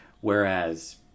Whereas